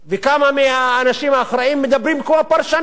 כמה מהאנשים האחראים מדברים כמו פרשנים: